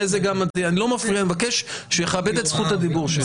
אני לא מפריע ואני מבקש שהוא יכבד את זכות הדיבור שלי.